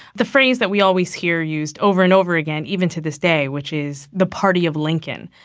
the phrase that we always hear used over and over again, even to this day, which is the party of lincoln,